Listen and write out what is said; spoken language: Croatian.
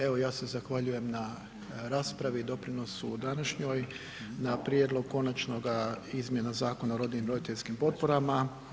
Evo ja se zahvaljujem na raspravi i doprinosu u današnjoj, na Prijedlog konačnoga izmjena zakona o rodiljnim i roditeljskim potporama.